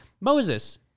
Moses